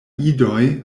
idoj